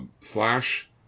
Flash